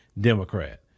Democrat